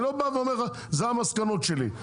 אני לא בא ואומר לך אלו המסקנות שלי.